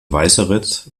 weißeritz